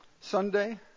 Sunday